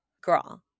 girl